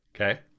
Okay